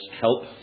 Help